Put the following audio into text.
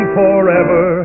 forever